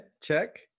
check